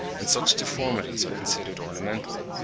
and such deformities are considered ornamental.